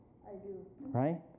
Right